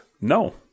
No